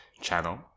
channel